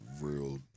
real